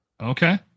Okay